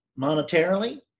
monetarily